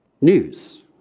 news